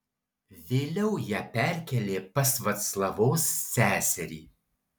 vėliau ją perkėlė pas vaclavos seserį